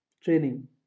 training